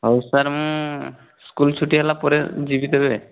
ହେଉ ସାର୍ ମୁଁ ସ୍କୁଲ୍ ଛୁଟି ହେଲା ପରେ ଯିବି ତେବେ